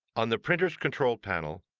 on the printer's control panel,